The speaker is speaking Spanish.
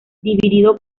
dividido